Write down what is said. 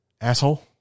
asshole